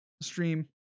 stream